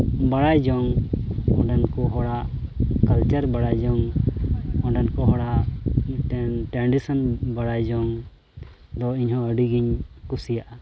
ᱵᱟᱲᱟᱭ ᱡᱚᱝ ᱚᱸᱰᱮᱱ ᱠᱚ ᱦᱚᱲᱟᱜ ᱵᱟᱲᱟᱭ ᱡᱚᱝ ᱚᱸᱰᱮᱱ ᱠᱚ ᱦᱚᱲᱟᱜ ᱢᱤᱫᱴᱟᱝ ᱵᱟᱲᱟᱭ ᱡᱚᱝ ᱫᱚ ᱤᱧᱦᱚᱸ ᱟᱹᱰᱤᱜᱮᱧ ᱠᱩᱥᱤᱭᱟᱜᱼᱟ